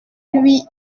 lui